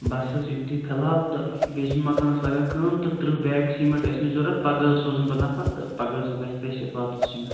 بَس حظ یُتُے فِلحال تہٕ بیٚیہِ چھُس بہٕ مکانَس لاگان کٲم تہٕ ترٛہ بیگ سیٖمٮ۪نٛٹ ٲسۍ مےٚ ضوٚرَتھ پگاہ حظ سوزَن بہٕ نفر تہٕ پگاہ حظ گژھِ تٔسۍ سۭتۍ واتُن سیٖمٮ۪نٛٹ